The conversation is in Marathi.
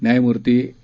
न्याय़मूर्ती ए